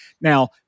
Now